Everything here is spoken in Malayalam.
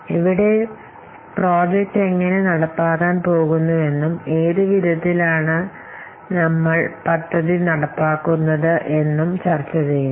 അതിനാൽ ഒരു പ്രോജക്റ്റിന് കാരണമായേക്കാവുന്ന ഒരു ഓർഗനൈസേഷനെ തടസ്സപ്പെടുത്തുന്നത് ഇത് പരിഗണിക്കണം